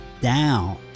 down